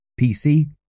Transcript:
PC